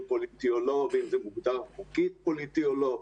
פוליטי או לא והאם זה מוגדר חוקית פוליטי או לא,